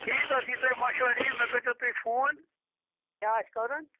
ٹھیٖک حظ یہِ تۄہہِ مَشوَر یی مےٚ کٔرۍزیو تُہۍ فون کیٛاہ آسہِ کَرُن